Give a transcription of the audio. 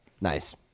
Nice